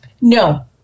No